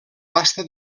pasta